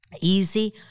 easy